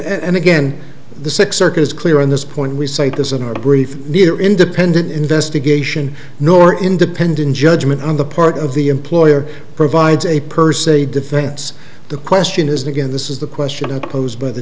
and again the six circuit is clear on this point we cite this in our brief neither independent investigation nor independent judgment on the part of the employer provides a per se defense the question is again this is the question i posed by the